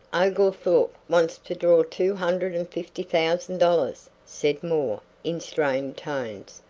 oglethorp wants to draw two hundred and fifty thousand dollars, said moore in strained tones.